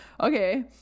okay